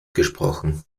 gesprochen